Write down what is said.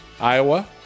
Iowa